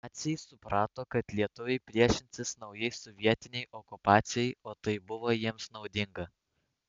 naciai suprato kad lietuviai priešinsis naujai sovietinei okupacijai o tai buvo jiems naudinga